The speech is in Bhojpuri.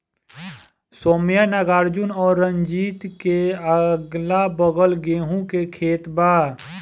सौम्या नागार्जुन और रंजीत के अगलाबगल गेंहू के खेत बा